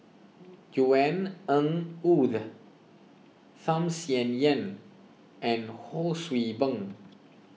Yvonne Ng Uhde Tham Sien Yen and Ho See Beng